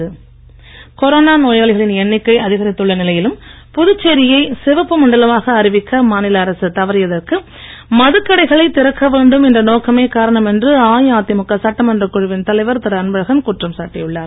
Anbazhagan corona நோயாளிகளின் எண்ணிக்கை அதிகரித்துள்ள நிலையிலும் புதுச்சேரியை சிவப்பு மண்டலமாக அறிவிக்க மாநில அரசு தவறியதற்கு மதுக்கடைகளை திறக்க வேண்டும் என்ற நோக்கமே காரணம் என்று அஇஅதிமுக சட்டமன்றக் குழுவின் தலைவர் திரு அன்பழகன் குற்றம் சாட்டியுள்ளார்